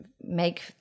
make